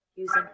Using